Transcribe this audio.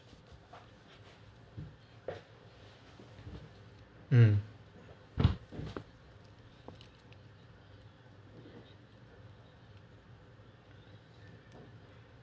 mm